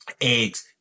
eggs